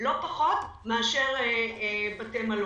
לא פחות מאשר בתי מלון.